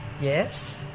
yes